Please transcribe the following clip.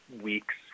weeks